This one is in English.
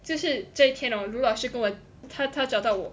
就是这一天哦卢老师跟我他找到我